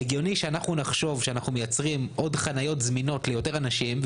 הגיוני שאנחנו נחשוב שאנחנו מייצרים עוד חניות זמינות ליותר אנשים,